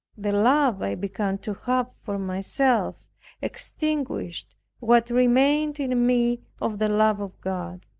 the love i began to have for myself extinguished what remained in me of the love of god.